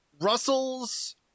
Russell's